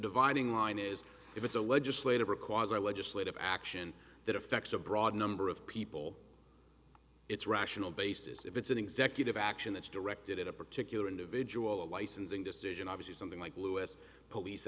dividing line is it's a legislative require legislative action that affects a broad number of people it's rational basis if it's an executive action that's directed at a particular individual a licensing decision obviously something like louis police